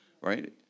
right